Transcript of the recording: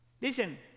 Listen